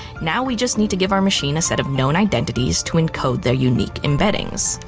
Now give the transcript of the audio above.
now we just need to give our machine a set of known identities to encode the unique embeddings.